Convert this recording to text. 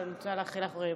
ואני רוצה לאחל לך הצלחה.